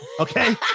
Okay